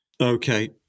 okay